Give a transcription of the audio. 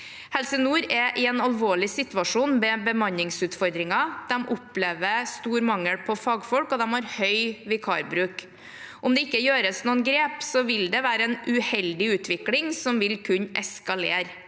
Helse nord er i en alvorlig situasjon med bemanningsutfordringer. De opplever stor mangel på fagfolk, og de har høy vikarbruk. Om det ikke gjøres noen grep, vil en uheldig utvikling kunne eskalere.